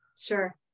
Sure